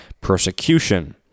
persecution